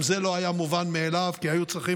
גם זה לא היה מובן מאליו, כי היו צריכים